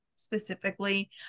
specifically